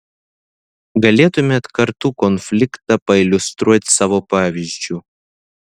galėtumėt kartų konfliktą pailiustruot savo pavyzdžiu